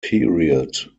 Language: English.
period